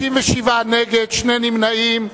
29, נגד, 57, ונמנעים,